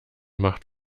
macht